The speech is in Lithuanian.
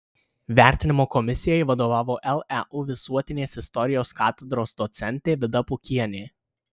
vertinimo komisijai vadovavo leu visuotinės istorijos katedros docentė vida pukienė